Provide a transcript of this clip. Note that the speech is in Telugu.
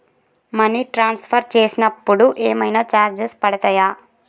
మనీ ట్రాన్స్ఫర్ చేసినప్పుడు ఏమైనా చార్జెస్ పడతయా?